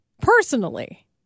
personally